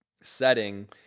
setting